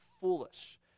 foolish